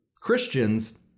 Christians